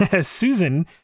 Susan